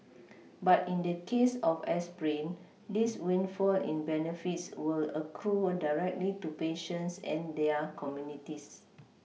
but in the case of aspirin this windfall in benefits will accrue directly to patients and their communities